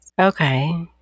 Okay